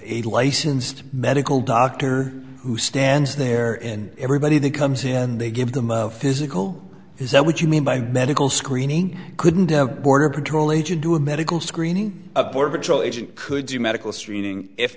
a licensed medical doctor who stands there and everybody that comes in and they give them a physical is that what you mean by medical screening couldn't have border patrol agent do a medical screening